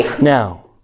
Now